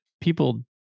people